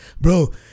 Bro